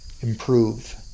improve